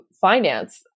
finance